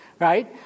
right